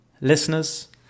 listeners